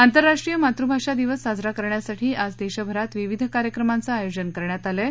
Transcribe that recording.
आंतरराष्ट्रीय मातृभाषा दिवस साजरा करण्यासाठी आज देशभरात विविध कार्यक्रमांचं आयोजन करण्यात आलं आहे